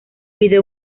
video